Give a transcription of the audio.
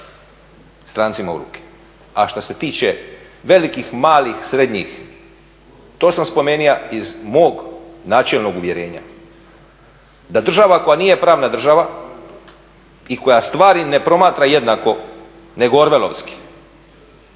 strancima u ruke, a što se tiče velikih, malih, srednjih, to sam spomenuo iz mog načelnog uvjerenja da država koja nije pravna država i koja stvari ne promatra jednako, nego …,